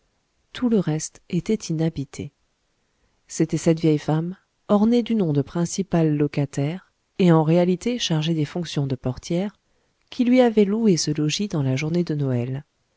tout le reste était inhabité c'était cette vieille femme ornée du nom de principale locataire et en réalité chargée des fonctions de portière qui lui avait loué ce logis dans la journée de noël